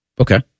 Okay